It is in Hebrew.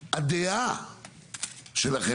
והכל יהיה סביב שני חברי כנסת,